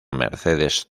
mercedes